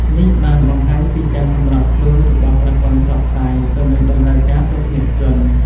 នេះបានបង្ហាញពីការសម្របខ្លួនរបស់ប្រព័ន្ធផ្សព្វផ្សាយទៅនឹងតម្រូវការទស្សនិកជន។